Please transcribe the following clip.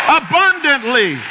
abundantly